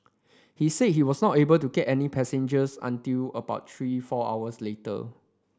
he said he was not able to get any passengers until about three four hours later